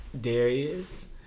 Darius